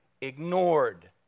ignored